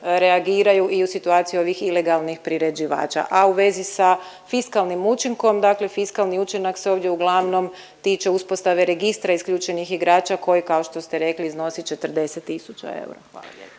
reagiraju i u situaciji ovih ilegalnih priređivača. A u vezi sa fiskalnim učinkom, dakle fiskalni učinak se ovdje uglavnom tiče uspostave registra isključenih igrača koje kao što ste rekli iznosi 40 tisuća eura. Hvala